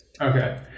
Okay